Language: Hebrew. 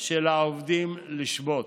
של העובדים לשבות.